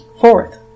Fourth